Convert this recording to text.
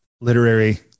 literary